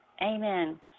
Amen